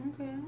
okay